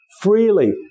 freely